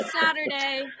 Saturday